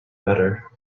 better